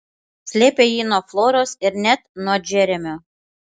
slėpė jį nuo floros ir net nuo džeremio